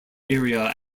area